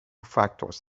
factors